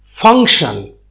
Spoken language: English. function